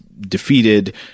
defeated –